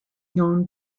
known